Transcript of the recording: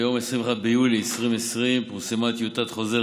ביום 21 ביולי 2020 פורסמה טיוטת חוזר